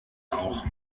auch